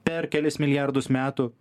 per kelis milijardus metų